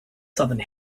southern